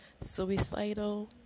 suicidal